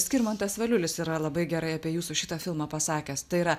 skirmantas valiulis yra labai gerai apie jūsų šitą filmą pasakęs tai yra